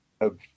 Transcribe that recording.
-of